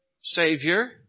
Savior